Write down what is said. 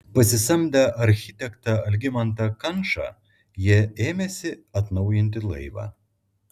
pasisamdę architektą algimantą kančą jie ėmėsi atnaujinti laivą